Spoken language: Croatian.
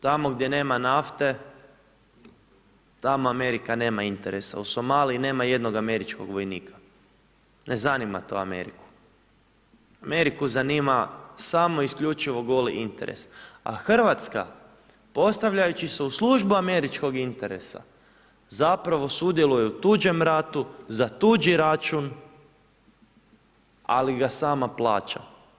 Tamo gdje nema nafte, tamo Amerika nema interesa, u Somaliji nema jednoga američkog vojnika, ne zanima to Ameriku, Ameriku zanima samo i isključivo goli interes, a Hrvatska postavljajući se u službu američkog interesa, zapravo sudjeluju u tuđem ratu, za tuđi račun, ali ga sama plaća.